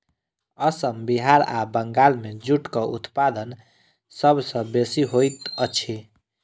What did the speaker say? असम बिहार आ बंगाल मे जूटक उत्पादन सभ सॅ बेसी होइत अछि